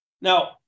Now